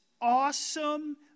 awesome